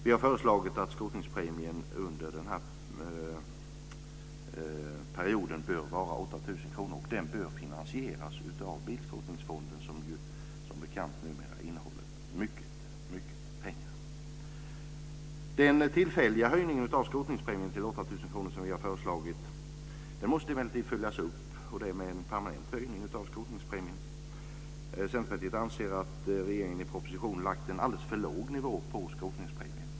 Vi har föreslagit att skrotningspremien under den här perioden bör vara 8 000 kr. Den bör finansieras av bilskrotningsfonden som, vilket är bekant, numera innehåller mycket, mycket pengar. 8 000 kr, som vi har föreslagit, måste emellertid följas upp med en permanent höjning av skrotningspremien. Centerpartiet anser att regeringen i propositionen har lagt skrotningspremien på en alldeles för låg nivå.